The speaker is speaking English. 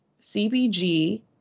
CBG